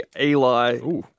Eli